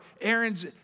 Aaron's